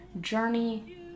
journey